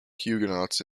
huguenots